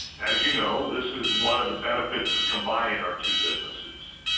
as you know this is one of the benefits of combining our two businesses.